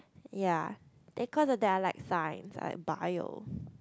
ya then cause of that I like science like bio